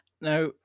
Now